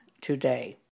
today